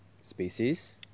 species